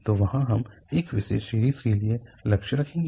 तो वहाँ हम एक विशेष सीरीज़ के लिए लक्ष्य रखेंगे